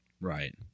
right